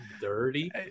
dirty